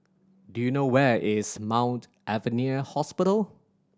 do you know where is Mount Alvernia Hospital